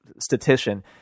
statistician